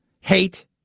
hate